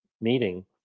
meeting